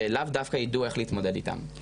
שלאו דווקא יידעו איך להתמודד איתם.